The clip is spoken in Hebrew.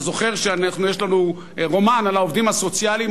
אתה זוכר שיש לנו רומן על העובדים הסוציאליים.